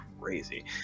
crazy